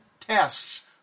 tests